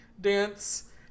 dance